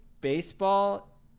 baseball